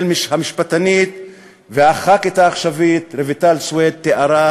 המשפטנית וחברת הכנסת העכשווית רויטל סויד תיארה